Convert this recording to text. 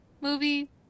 movie